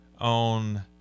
on